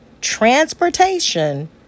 transportation